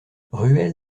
ruelle